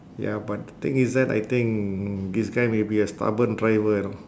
ya but the thing is that I think this guy may be a stubborn driver you know